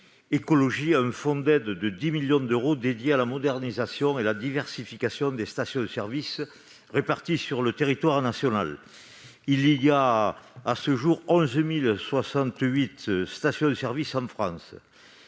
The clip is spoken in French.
relance, un fonds d'aide de 10 millions d'euros dédié à la modernisation et à la diversification des stations-service réparties sur le territoire national. Parmi les 11 068 stations-service situées en France,